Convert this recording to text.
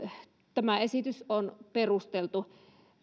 tämä esitys on perusteltu